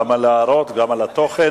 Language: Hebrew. גם על ההערות גם על התוכן.